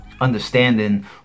understanding